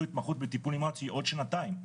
התמחות בטיפול נמרץ שהיא עוד שנתיים,